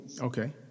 Okay